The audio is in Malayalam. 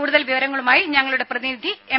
കൂടുതൽ വിവരങ്ങളുമായി ഞങ്ങളുടെ പ്രതിനിധി എം